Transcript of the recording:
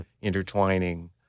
intertwining